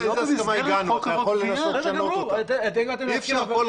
אתם הגעתם להסכם.